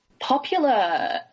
popular